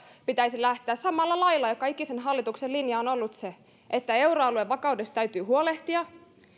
pitäisi lähteä samalla lailla joka ikisen hallituksen linja on ollut se että euroalueen vakaudesta täytyy huolehtia